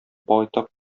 байтак